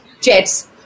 jets